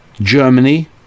germany